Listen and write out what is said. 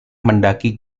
mendaki